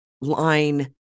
line